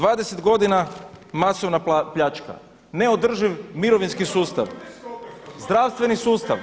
20 godina masovna pljačka, ne održiv mirovinski sustav… … [[Upadica se ne čuje.]] zdravstveni sustav.